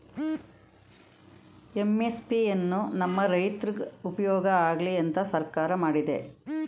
MSP ಎನ್ನು ನಮ್ ರೈತ್ರುಗ್ ಉಪ್ಯೋಗ ಆಗ್ಲಿ ಅಂತ ಸರ್ಕಾರ ಮಾಡಿದೆ